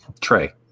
Trey